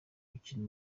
ukina